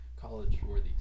college-worthy